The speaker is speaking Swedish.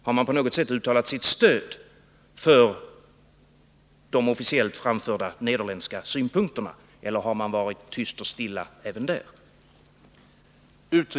Har man på något sätt uttalat sitt stöd för de officiellt framförda nederländska synpunkterna, eller har man varit tyst och stilla även där?